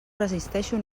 resisteixo